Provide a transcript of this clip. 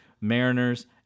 Mariners